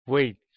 Wait